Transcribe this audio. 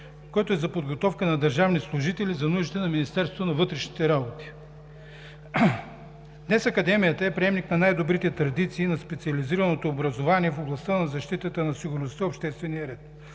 което е за подготовка на държавни служители за нуждите на Министерството на вътрешните работи. Днес Академията е приемник на най-добрите традиции на специализираното образование в областта на защитата на сигурността и обществения ред.